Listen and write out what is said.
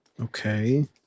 Okay